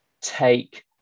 take